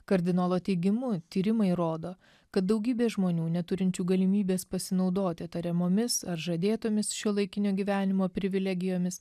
kardinolo teigimu tyrimai rodo kad daugybė žmonių neturinčių galimybės pasinaudoti tariamomis ar žadėtomis šiuolaikinio gyvenimo privilegijomis